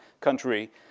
country